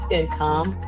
income